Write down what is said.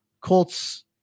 Colts